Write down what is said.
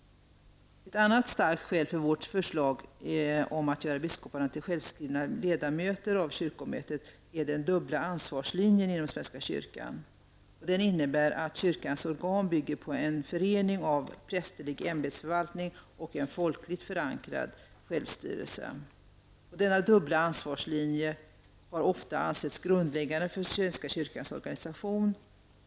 Ett annat starkt skäl för vårt förslag om att göra biskoparna till självskrivna ledamöter av kyrkomötet är den dubbla ansvarslinjen inom svenska kyrkan. Denna innebär att kyrkans organ bygger på en förening av prästerlig ämbetsförvaltning och folkligt förankrad självstyrelse. Denna dubbla ansvarslinje har ofta ansetts grundläggande för svenska kyrkans organisation.